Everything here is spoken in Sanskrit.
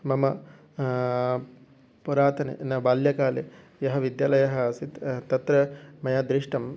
मम पुरातने न बाल्यकाले यः विद्यालयः आसीत् तत्र मया दृष्टम्